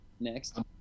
next